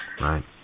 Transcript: Right